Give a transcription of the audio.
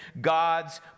God's